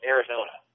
Arizona